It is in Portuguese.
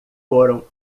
foram